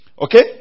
Okay